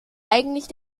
eigentlich